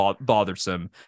bothersome